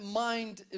mind